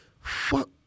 fuck